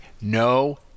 No